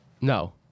No